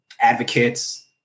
advocates